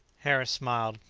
harris smiled.